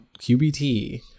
QBT